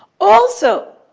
also,